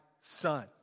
Son